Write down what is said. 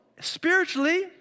spiritually